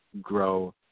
grow